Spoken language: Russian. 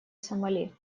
сомали